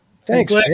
Thanks